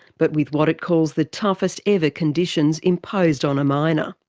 but with what it calls the toughest ever conditions imposed on a miner.